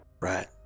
Right